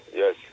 yes